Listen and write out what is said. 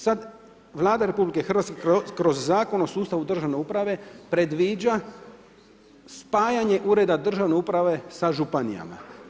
Sad vlada RH kroz Zakon o sustavu državne uprave predviđa spajanje ureda državne uprave sa županijama.